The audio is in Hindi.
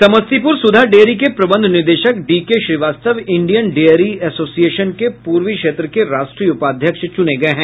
समस्तीपुर सुधा डेयरी के प्रबंध निदेशक D K Srivastava Indian dairy association के पूर्वी क्षेत्र के राष्ट्रीय उपाध्यक्ष चुने गये हैं